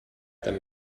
them